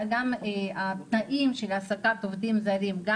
גם התנאים של העסקת עובדים זרים גם